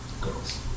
Girls